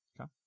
Okay